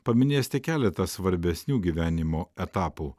paminėjęs tik keletą svarbesnių gyvenimo etapų